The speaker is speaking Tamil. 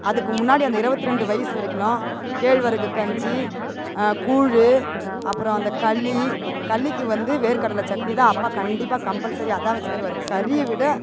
அதுக்கு முன்னாடி அந்த இருபத்தி ரெண்டு வயசு வரைக்கிம் கேழ்வரகு கஞ்சி கூழ் அப்புறம் அந்த களி களிக்கு வந்து வேர்க்கடலை சட்னிதான் அப்பா கண்டிப்பாக கம்பல்சரி அதான் வச்சு தருவார் கறியை விட